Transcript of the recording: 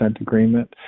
agreement